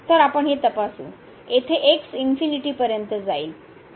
तर आपण हे तपासू येथे x पर्यंत जाईल